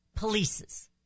polices